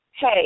hey